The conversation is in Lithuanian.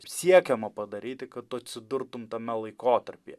siekiama padaryti kad atsidurtum tame laikotarpyje